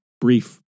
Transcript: brief